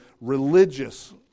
religious